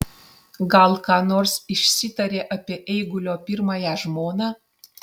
gal ką nors išsitarė apie eigulio pirmąją žmoną